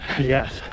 Yes